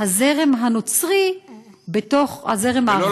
הזרם הנוצרי בתוך הזרם הערבי הכללי.